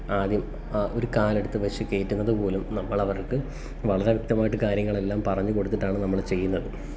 ആദ്യം ഒരു കാലെടുത്തു വെച്ചു കയറ്റുന്നതു പോലും നമ്മളവർക്ക് വളരെ വ്യക്തമായിട്ടു കാര്യങ്ങളെല്ലാം പറഞ്ഞു കൊടുത്തിട്ടാണ് നമ്മൾ ചെയ്യുന്നത്